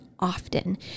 often